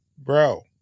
Bro